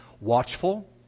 watchful